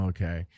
Okay